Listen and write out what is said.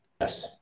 Yes